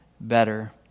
better